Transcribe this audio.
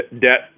debt